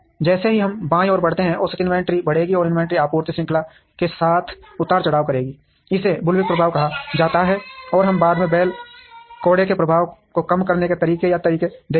जैसे ही हम बाईं ओर बढ़ते हैं औसत इन्वेंट्री बढ़ेगी और इन्वेंट्री आपूर्ति श्रृंखला के साथ उतार चढ़ाव करेगी इसे बुल्विप प्रभाव कहा जाता है और हम बाद में बैल कोड़े के प्रभाव को कम करने के तरीके या तरीके देखेंगे